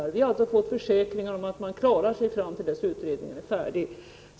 Vi har alltså fått försäkringar om att länsstyrelsen klarar sig fram till dess att utredningen är färdig.